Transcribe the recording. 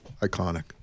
Iconic